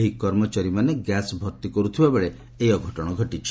ଏହି କର୍ମଚାରୀମାନେ ଗ୍ୟାସ୍ ଭର୍ତ୍ତି କରୁଥିବା ବେଳେ ଏହି ଅଘଟଣ ଘଟିଛି